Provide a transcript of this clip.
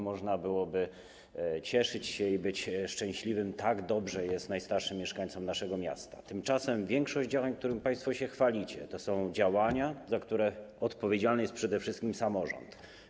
Można by było cieszyć się i być szczęśliwym, bo tak dobrze jest najstarszym mieszkańcom naszego miasta, tymczasem większość działań, którymi państwo się chwalicie, to są działania, za które odpowiedzialny jest przede wszystkim samorząd.